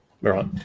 Right